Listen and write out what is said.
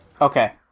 Okay